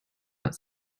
but